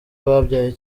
babyaye